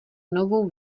novou